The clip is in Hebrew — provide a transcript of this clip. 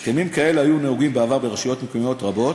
הסכמים כאלה היו נהוגים בעבר ברשויות מקומיות רבות,